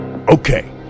Okay